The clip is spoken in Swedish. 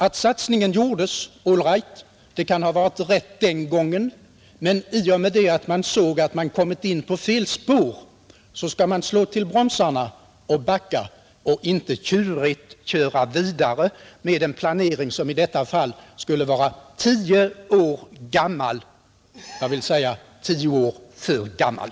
Att satsningen gjordes, all right, det kan ha varit rätt den gången, men i och med att man såg att man kom in på fel spår skulle man ha slagit till bromsarna och backat och inte tjurigt kört vidare. Samma princip gäller för freden i Sarek: låt oss inte arbeta med en planering som i detta fall skulle vara tio år gammal — ja, jag vill säga: tio år för gammal.